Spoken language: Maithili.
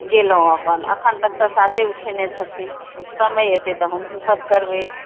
गेलहुँ अपन अखन तक तऽ सासे उठेने छथिन समय एते तऽ हमहुँ सब करबै